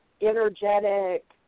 energetic